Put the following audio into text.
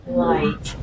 light